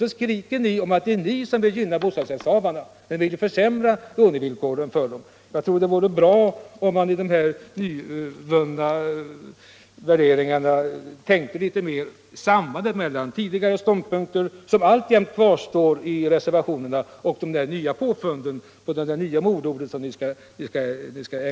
Sedan skryter ni om att det är ni som vill gynna bostadsrättshavarna, när ni vill försämra lånevillkoren för dem. Jag tror att det vore bra om man tänkte litet mer på sambandet mellan tidigare ståndpunkter, som alltjämt kvarstår i reservationerna, och de nya påfunden och nya modeorden.